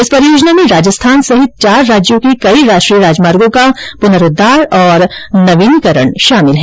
इस परियोजना में राजस्थान सहित चार राज्यों के कई राष्ट्रीय राजमार्गों का पुनरोद्वार और नवीनीकरण शामिल हैं